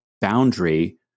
boundary